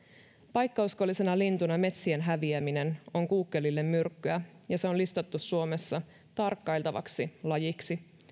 paikkauskollisena lintuna metsien häviäminen on kuukkelille myrkkyä ja se on listattu suomessa tarkkailtavaksi lajiksi